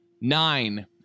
Nine